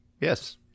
Yes